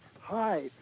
Hi